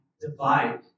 divide